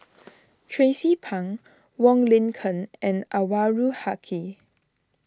Tracie Pang Wong Lin Ken and Anwarul Haque